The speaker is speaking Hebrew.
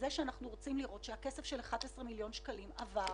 שאנחנו רוצים לראות שהכסף של 11 מיליון שקלים עבר.